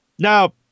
Now